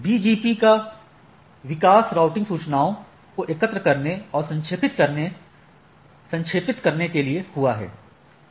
BGP का विकास routing सूचनाओं को एकत्र करने और संक्षेपित करने के लिए हुआ है